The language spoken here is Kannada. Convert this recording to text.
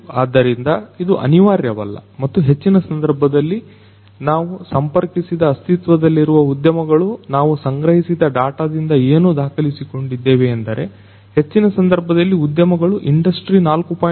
ಆದ್ದರಿಂದ ಇದು ಅನಿವಾರ್ಯವಲ್ಲ ಮತ್ತು ಹೆಚ್ಚಿನ ಸಂದರ್ಭದಲ್ಲಿ ನಾವು ಸಂಪರ್ಕಿಸಿದ ಅಸ್ತಿತ್ವದಲ್ಲಿರುವ ಉದ್ಯಮಗಳು ನಾವು ಸಂಗ್ರಹಿಸಿದ ಡಾಟಾದಿಂದ ಏನು ದಾಖಲಿಸಿಕೊಂಡಿದ್ದೇವೆ ಎಂದರೆ ಹೆಚ್ಚಿನ ಸಂದರ್ಭದಲ್ಲಿ ಉದ್ಯಮಗಳು ಇಂಡಸ್ಟ್ರಿ4